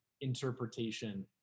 interpretation